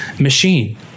machine